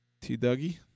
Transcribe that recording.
T-Dougie